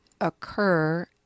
occur